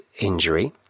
injury